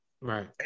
right